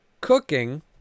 Cooking